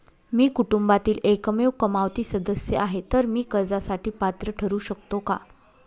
मी कुटुंबातील एकमेव कमावती सदस्य आहे, तर मी कर्जासाठी पात्र ठरु शकतो का?